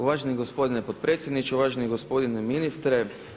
Uvaženi gospodine potpredsjedniče, uvaženi gospodine ministre.